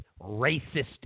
racist